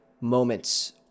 moments